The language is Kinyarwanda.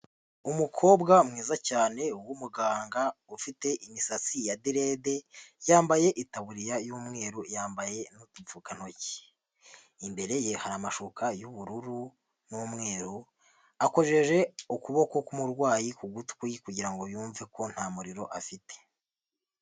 Umukobwa mwiza cyane w'umuganga ufite imisatsi ya derede, yambaye itaburiya y'umweru, yambaye n'udupfukantoki, imbere ye hari amashuka y'ubururu, n'umweru akojeje ukuboko k'umurwayi ku gutwi kugira ngo yumve ko nta muriro afite.